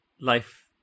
life